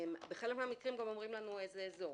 בחלק מהמקרים אומרים לנו איזה אזור,